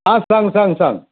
आं सांग सांग सांग